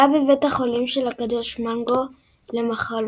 היה בבית חולים של הקדוש מנגו למחלות